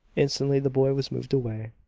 instantly the boy was moved away.